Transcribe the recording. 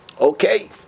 Okay